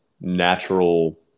natural